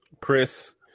Chris